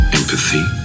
empathy